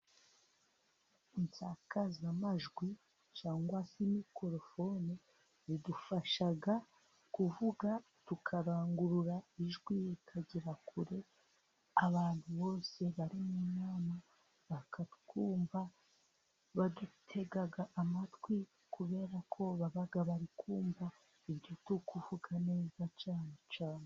Insakazamajwi cyangwa se mikorofone bidufasha kuvuga tukarangurura ijwi rikagera kure abantu bose bari mu nama bakatwumva, badutega amatwi kubera ko baba bari kumva ibyo turikuvuga neza cyane.